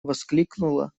воскликнула